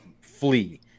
flee